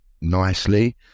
nicely